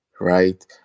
right